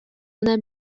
una